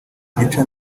gica